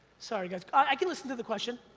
sorry guys, i can listen to the question.